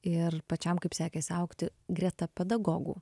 ir pačiam kaip sekės augti greta pedagogų